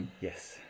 yes